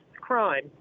crime